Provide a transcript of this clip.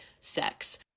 sex